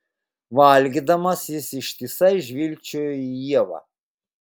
valgydamas jis ištisai žvilgčiojo į ievą